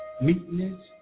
meekness